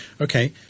Okay